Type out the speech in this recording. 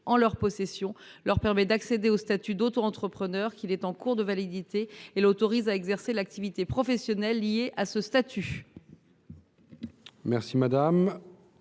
en leur possession leur permet d’accéder au statut d’autoentrepreneur, qu’il est en cours de validité et l’autorise à exercer l’activité professionnelle liée à ce statut.